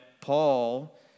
Paul